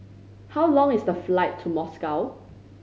how long is the flight to Moscow